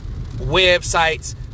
websites